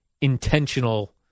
intentional